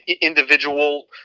individual